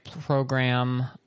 program